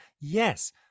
yes